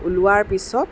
ওলোৱাৰ পিছত